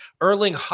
Erling